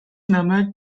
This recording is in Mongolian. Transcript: намайг